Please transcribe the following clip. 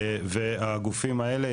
והגופים האלה,